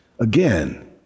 again